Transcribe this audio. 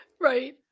Right